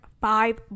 five